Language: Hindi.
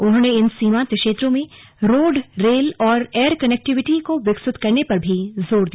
उन्होंने इन सीमान्त क्षेत्रों में रोड रेल और एयर कनेक्टिविटी को विकसित करने पर भी जोर दिया